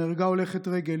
נהרגה הולכת רגל,